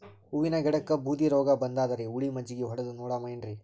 ಹೂವಿನ ಗಿಡಕ್ಕ ಬೂದಿ ರೋಗಬಂದದರಿ, ಹುಳಿ ಮಜ್ಜಗಿ ಹೊಡದು ನೋಡಮ ಏನ್ರೀ?